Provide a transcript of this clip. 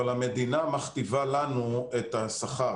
אבל המדינה מכתיבה לנו את השכר,